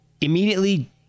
immediately